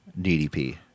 ddp